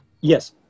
Yes